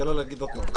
תן לה להגיד עוד פעם.